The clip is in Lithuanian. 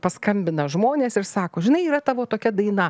paskambina žmonės ir sako žinai yra tavo tokia daina